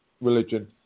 religion